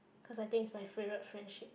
cause I think it's my favourite friendship